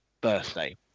birthday